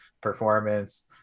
performance